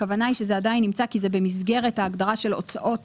הכוונה שזה עדיין נמצא כי זה במסגרת ההגדרה של הוצאות